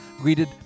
greeted